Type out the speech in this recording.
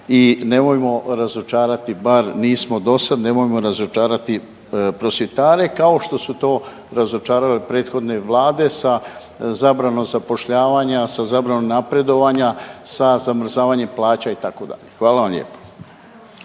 i nemojmo razočarati bar nismo do sad, nemojmo razočarati prosvjetare kao što su to razočarale prethodne Vlade sa zabranom zapošljavanja, sa zabranom napredovanja, sa zamrzavanjem plaća itd. Hvala vam lijepa.